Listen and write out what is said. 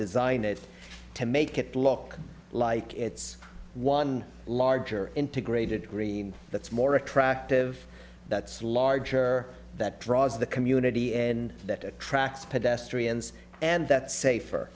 design it to make it look like it's one larger integrated green that's more attractive that's larger that draws the community and that attracts pedestrians and that safer